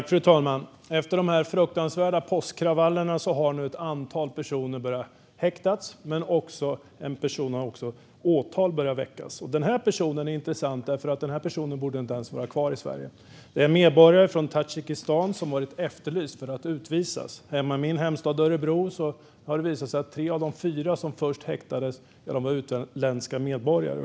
Fru talman! Efter de fruktansvärda påskkravallerna har nu ett antal personer börjat häktas. Åtal har också väckts mot en person. Den personen är intressant, eftersom den personen inte ens borde vara kvar i Sverige. Det är en medborgare från Tadzjikistan som har varit efterlyst för att utvisas. I min hemstad Örebro har det också visat sig att tre av de fyra som först häktades var utländska medborgare.